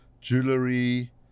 jewelry